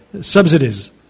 subsidies